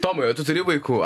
tomai o tu turi vaikų